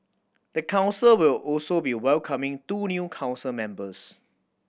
the council will also be welcoming two new council members